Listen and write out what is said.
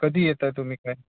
कधी येता तुम्ही काय